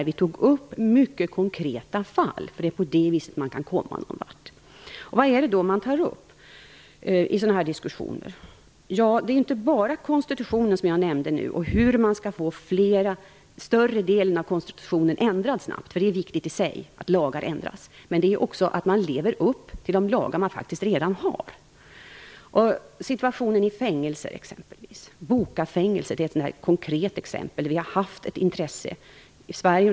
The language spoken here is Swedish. Vi tog upp mycket konkreta fall. Det är på det viset man kan komma någon vart. Vad är det då man tar upp i sådana diskussioner? Det är inte bara konstitutionen, som jag nämnde, och hur man skall få större delen av konstitutionen snabbt ändrad. Det är viktigt i sig att lagar ändras. Men det handlar också om att leva upp till de lagar som man faktiskt redan har. Man kan t.ex. ta upp situationer i fängelser. Bucafängelset är ett konkret exempel. Vi har haft ett intresse för det i Sverige.